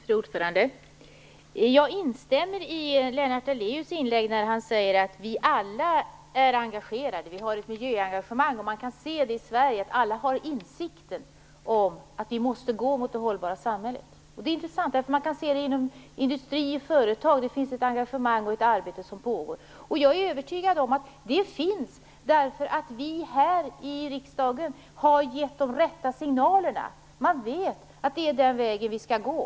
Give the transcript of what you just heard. Fru talman! Jag instämmer i Lennart Daléus inlägg. Han sade att vi alla har ett miljöengagemang. Man kan se att alla i Sverige har insikt om att vi måste gå mot det hållbara samhället. Det är intressant, eftersom man kan se detta inom industriföretagen. Där pågår det ett arbete. Jag är övertygade om att detta engagemang finns därför att vi här i riksdagen har gett de rätta signalerna. Man vet att det är den vägen som vi skall gå.